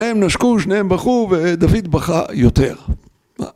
הם נשקו, שניהם בכו ודוד בכה יותר.